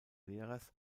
lehrers